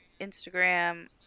Instagram